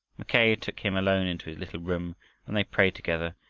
mackay took him alone into his little room and they prayed together,